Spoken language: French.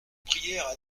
prièrent